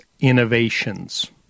Innovations